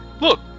Look